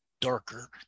darker